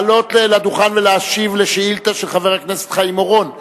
לעלות על הדוכן ולהשיב על שאילתא של חבר הכנסת חיים אורון בנושא: